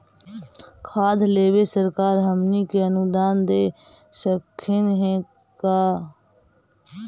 खाद लेबे सरकार हमनी के अनुदान दे सकखिन हे का?